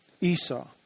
Esau